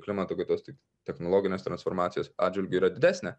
klimato kaitos tiek technologinės transformacijos atžvilgiu yra didesnė